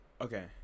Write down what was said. Okay